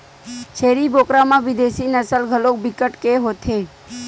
छेरी बोकरा म बिदेसी नसल घलो बिकट के होथे